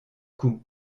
coups